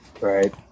right